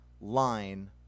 line